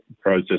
process